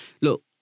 Look